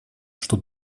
что